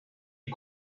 est